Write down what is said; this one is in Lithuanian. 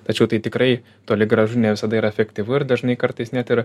tačiau tai tikrai toli gražu ne visada yra efektyvu ir dažnai kartais net ir